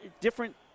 different